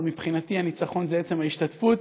אבל מבחינתי הניצחון הוא עצם ההשתתפות.